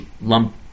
lump